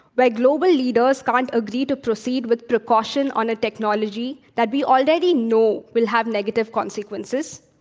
where global leaders can't agree to proceed with precaution on a technology that we already know will have negative consequences,